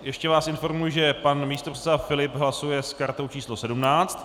Ještě vás informuji, že pan místopředseda Filip hlasuje s kartou číslo 17.